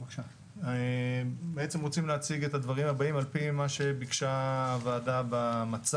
אנחנו בעצם רוצים להציג את הדברים הבאים על פי מה שביקשה הוועדה במצע,